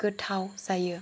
गोथाव जायो